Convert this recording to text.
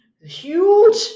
huge